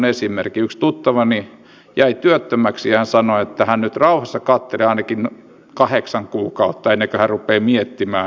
yksi tuttavani jäi työttömäksi ja hän sanoi että hän nyt rauhassa katselee ainakin kahdeksan kuukautta ennen kuin hän rupeaa miettimään